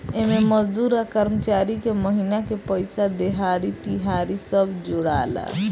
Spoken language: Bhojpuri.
एमे मजदूर आ कर्मचारी के महिना के पइसा, देहाड़ी, तिहारी सब जोड़ाला